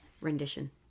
rendition